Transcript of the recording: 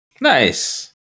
Nice